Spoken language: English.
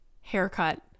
haircut